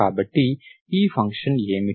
కాబట్టి ఈ ఫంక్షన్ ఏమిటి